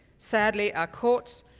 sadly, our courts